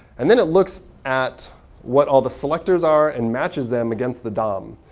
and then, it looks at what all the selectors are and matches them against the dom.